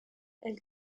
elle